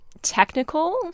technical